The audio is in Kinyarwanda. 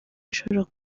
bishobora